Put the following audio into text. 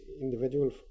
individual